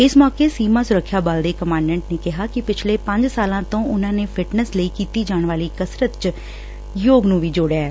ਇਸ ਮੌਕੇ ਸੀਮਾ ਸੁਰੱਖਿਆ ਬਲ ਦੇ ਕਮਾਂਡੈਂਟ ਨੇ ਕਿਹਾ ਕਿ ਪਿਛਲੇ ਪੰਜ ਸਾਲ ਤੋਂ ਉਨਾਂ ਨੇ ਫਿਟਨੱਸ ਲਈ ਕੀਤੀ ਜਾਣ ਵਾਲੀ ਕਸਰਤ ਚ ਯੋਗ ਨੁੰ ਵੀ ਜੋੜਿਆ ਐ